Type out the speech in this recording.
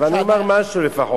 אז אני אומר משהו לפחות.